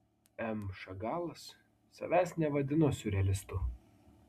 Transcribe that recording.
m šagalas savęs nevadino siurrealistu